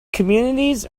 communities